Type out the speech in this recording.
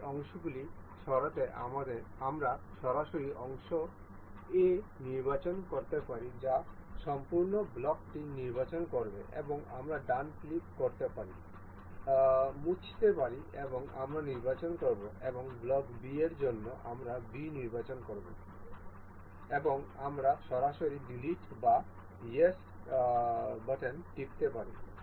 এই অংশগুলি সরাতে আমরা সরাসরি অংশ A নির্বাচন করতে পারি যা সম্পূর্ণ ব্লকটি নির্বাচন করবে এবং আমরা ডান ক্লিক করতে পারি মুছতে পারি এবং আমরা নির্বাচন করব এবং ব্লক B এর জন্য আমরা B নির্বাচন করব এবং আমরা সরাসরি ডিলিট বা ইয়েস টিপতে পারি